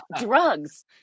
drugs